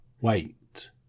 wait